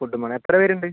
ഫുഡും വേണം എത്ര പേരുണ്ട്